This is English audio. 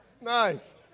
Nice